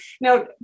Now